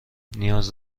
نیاز